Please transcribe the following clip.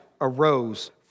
arose